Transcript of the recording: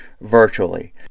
virtually